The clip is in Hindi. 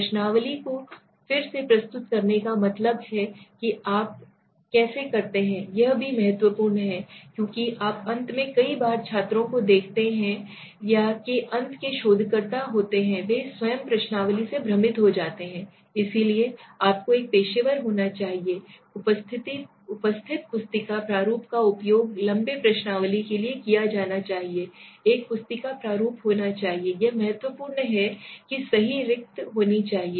प्रश्नावली को फिर से प्रस्तुत करने का मतलब है कि आप अब कैसे करते हैं यह भी महत्वपूर्ण है क्योंकि आप अंत में कई बार छात्रों को देखते हैं या के अंत में शोधकर्ता होते हैं वे स्वयं प्रश्नावली से भ्रमित हो जाते हैं इसलिए आपको एक पेशेवर होना चाहिए उपस्थिति पुस्तिका प्रारूप का उपयोग लंबे प्रश्नावली के लिए किया जाना चाहिए एक पुस्तिका प्रारूप होना चाहिए यह महत्वपूर्ण है कि सही रिक्ति होनी चाहिए